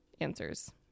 answers